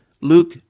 Luke